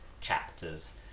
chapters